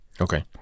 Okay